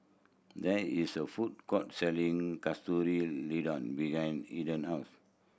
there is a food court selling Katsu Tendon behind Enid house